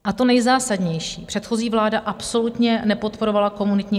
A to nejzásadnější, předchozí vláda absolutně nepodporovala komunitní energetiku.